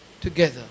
together